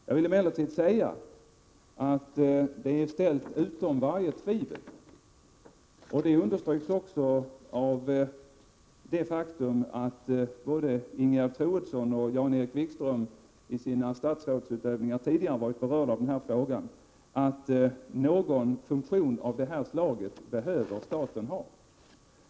Jag vill emellertid säga att det är ställt utom varje tvivel — vilket också understryks av det faktum att både Ingegerd Troedsson och Jan-Erik Wikström i sina tidigare statsrådsutövningar har varit berörda av denna fråga — att staten behöver ha någon funktion av det slag som NUU-nämnden upprätthåller.